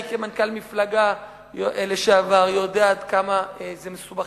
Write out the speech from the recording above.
אני כמנכ"ל מפלגה לשעבר יודע עד כמה זה מסובך